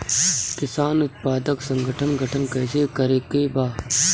किसान उत्पादक संगठन गठन कैसे करके बा?